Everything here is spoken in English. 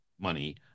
money